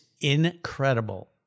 incredible